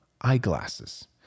eyeglasses